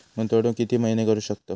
गुंतवणूक किती महिने करू शकतव?